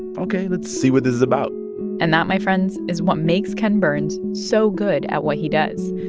ok, let's see what this is about and that, my friends, is what makes ken burns so good at what he does.